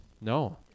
No